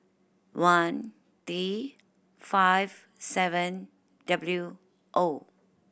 one T five seven W O